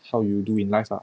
how you do in life ah